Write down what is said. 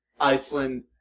Iceland